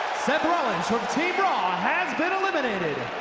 seth rollins from team raw has been eliminated.